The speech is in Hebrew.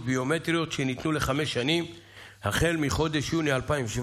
ביומטריות שניתנו לחמש שנים החל מחודש יוני 2017,